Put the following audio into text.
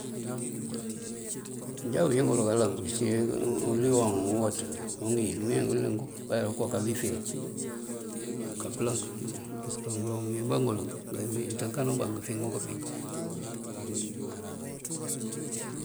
Máŋ injá wingël kaloŋ surëtu uliyoŋ, uwëţ, uŋil mëëwingël këlënkee okáa bí fiŋ. Mëëmpëlënk parësëk ngëloŋ, mëëwinëba ngël, ngáanţën kanubá ngëfiŋ këëfiŋ.